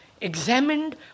examined